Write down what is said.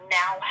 now